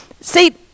see